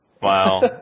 Wow